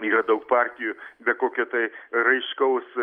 yra daug partijų be kokio tai raiškaus